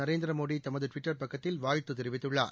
நரேந்திர மோடி தமது ட்விட்டர் பக்கத்தில் வாழ்த்து தெரிவித்துள்ளார்